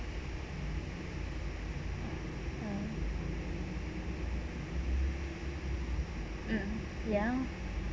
mm ya